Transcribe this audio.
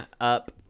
up